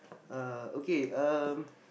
uh okay um